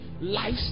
life